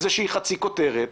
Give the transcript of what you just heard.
איזו חצי כותרת.